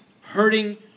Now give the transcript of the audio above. hurting